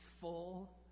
full